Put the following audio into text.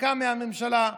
לצדקה מהממשלה.